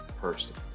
person